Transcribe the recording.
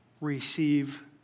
receive